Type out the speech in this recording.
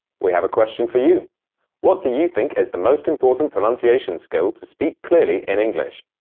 we have a question for you what do you think is the most important pronunciation skill to speak clearly in english?